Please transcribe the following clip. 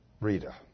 Rita